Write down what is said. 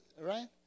right